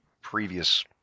previous